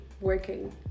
working